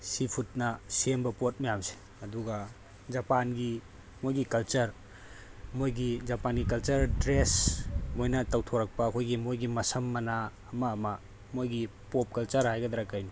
ꯁꯤ ꯐꯨꯗꯅ ꯁꯦꯝꯕ ꯄꯣꯠ ꯃꯌꯥꯝꯁꯦ ꯑꯗꯨꯒ ꯖꯄꯥꯟꯒꯤ ꯃꯣꯏꯒꯤ ꯀꯜꯆꯔ ꯃꯣꯏꯒꯤ ꯖꯄꯥꯟꯒꯤ ꯀꯜꯆꯔ ꯗ꯭ꯔꯦꯁ ꯃꯣꯏꯅ ꯇꯧꯊꯣꯔꯛꯄ ꯑꯩꯈꯣꯏꯒꯤ ꯃꯣꯏꯒꯤ ꯃꯁꯝ ꯃꯅꯥ ꯑꯃ ꯑꯃ ꯃꯣꯏꯒꯤ ꯄꯣꯞ ꯀꯜꯆꯔ ꯍꯥꯏꯒꯗ꯭ꯔ ꯀꯩꯅꯣ